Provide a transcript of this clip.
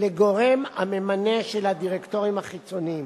לגורם הממנה של הדירקטורים החיצוניים,